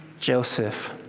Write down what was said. Joseph